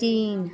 चीन